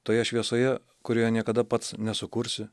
toje šviesoje kurioje niekada pats nesukursi